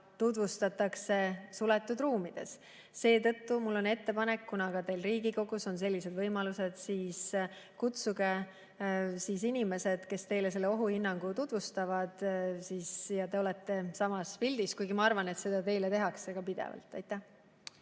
mida tutvustatakse suletud ruumides. Seetõttu on mul ettepanek, et kuna ka Riigikogul on sellised võimalused, siis kutsuge inimesed, kes teile seda ohuhinnangut tutvustavad, ja te [näete] sama pilti. Kuigi ma arvan, et seda teile tutvustatakse pidevalt. Aitäh!